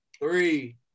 Three